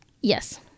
yes